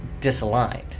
disaligned